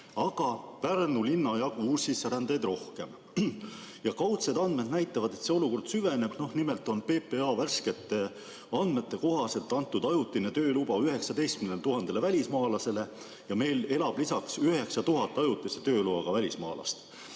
aga Pärnu linna jagu uussisserändajaid rohkem. Kaudsed andmed näitavad, et see olukord süveneb. Nimelt on PPA värskete andmete kohaselt antud ajutine tööluba 19 000 välismaalasele ja meil elab lisaks 9000 ajutise tööloaga välismaalast.